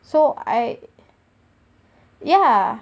so I ya